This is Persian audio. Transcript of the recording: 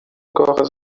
کاغذ